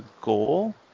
goal